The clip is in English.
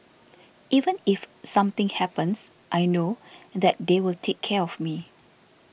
even if something happens I know that they will take care of me